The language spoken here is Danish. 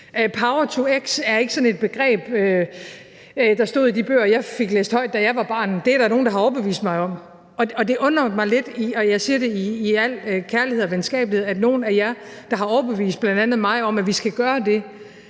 Power-to-x er ikke sådan et begreb, der stod i de bøger, jeg fik læst højt, da jeg var barn. Det er der nogen, der har overbevist mig om. Det undrer mig lidt – og jeg siger det i al kærlighed og venskabelighed – at nogle af jer, der har overbevist bl.a. mig om, at vi skal gøre det,